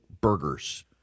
burgers